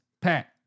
Pat